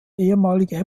ehemaliger